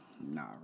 Nah